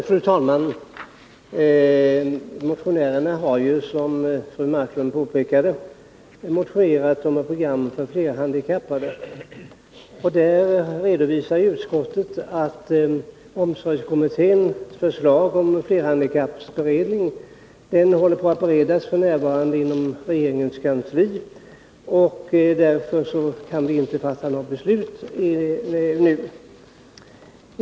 Fru talman! Motionärerna har, som fru Marklund påpekade, motionerat om ett program för flerhandikappade. Utskottet har redovisat att omsorgskommitténs förslag om en flerhandikappsberedning f.n. håller på att beredas inom regeringskansliet. Därför är det inte möjligt att nu fatta något beslut.